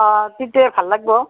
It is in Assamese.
অঁ তেতিয়া ভাল লাগিব